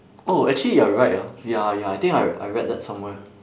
oh actually you're right ah ya ya I think I I read that somewhere